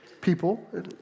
people